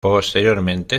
posteriormente